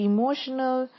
Emotional